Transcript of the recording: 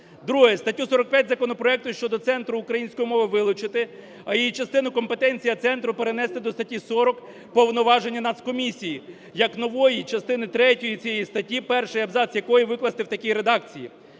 Статтю 45 законопроекту щодо Центру української мови вилучити. І частину "компетенція Центру" перенести до статті 40 "Повноваження Нацкомісії" як нової частини третьої цієї статті, перший абзац якої викласти в такій редакції: